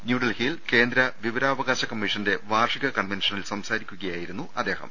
new ഡൽഹിയിൽ കേന്ദ്ര വിവരാവകാശ കമ്മീഷന്റെ വാർഷിക കൺവെൻഷ നിൽ സംസാരിക്കുകയായിരുന്നു അദ്ദേഹം